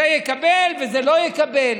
זה יקבל וזה לא יקבל.